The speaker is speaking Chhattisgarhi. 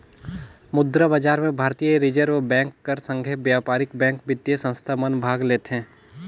मुद्रा बजार में भारतीय रिजर्व बेंक कर संघे बयपारिक बेंक, बित्तीय संस्था मन भाग लेथें